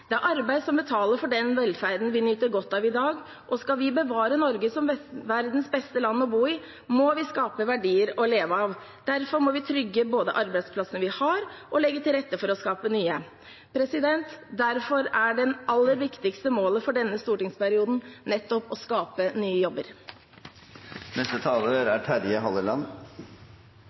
Det er arbeid som betaler for den velferden vi nyter godt av i dag, og skal vi bevare Norge som verdens beste land å bo i, må vi skape verdier å leve av. Derfor må vi både trygge arbeidsplassene vi har, og legge til rette for å skape nye. Derfor er det aller viktigste målet for denne stortingsperioden nettopp å skape nye jobber. Det er